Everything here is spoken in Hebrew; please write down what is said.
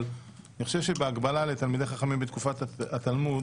אבל אני חושב שבהקבלה לתלמידי חכמים בתקופת התלמוד